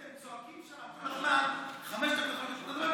הם צועקים שם כל הזמן: חמש דקות, לא.